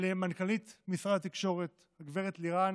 למנכ"לית משרד התקשורת גב' לירן